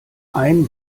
ein